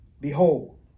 Behold